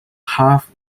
half